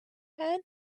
pan